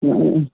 ம்